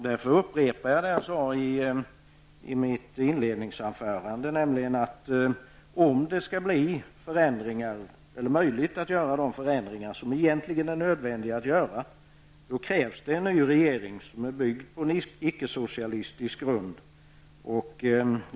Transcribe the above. Därför upprepar jag det jag sade i mitt inledningsanförande, nämligen att om det skall bli möjligt att genomföra de förändringar som egentligen är nödvändiga, krävs det en ny regering som är byggd på en icke-socialistisk grund.